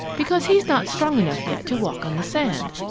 because he's not strong enough yet to walk on the sand.